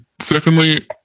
Secondly